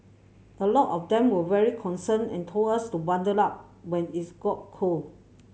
a lot of them were very concerned and told us to bundle up when it got cold